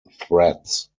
threats